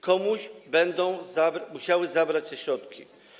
Komuś będą musiały zabrać te środki.